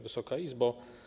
Wysoka Izbo!